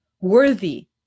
worthy